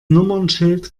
nummernschild